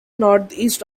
northeast